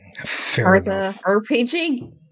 RPG